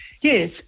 Yes